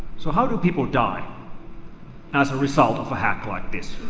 so how do people die as the result of a hack like this?